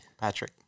Patrick